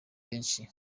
kenshi